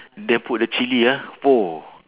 then put the chili ah !wow!